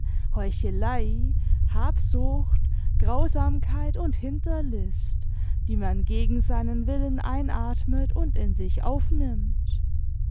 heuchelei habsucht grausamkeit und hinterlist die man gegen seinen willen einatmet imd in sich aufnimmt